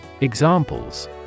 Examples